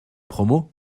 promo